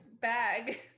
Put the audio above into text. bag